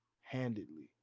handedly